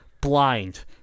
blind